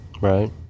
Right